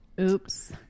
Oops